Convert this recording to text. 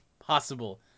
possible